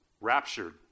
raptured